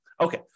Okay